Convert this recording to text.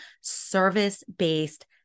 service-based